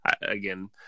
again